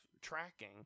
tracking